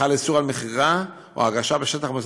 חל איסור על מכירה או הגשה בשטח המוסד